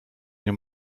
nie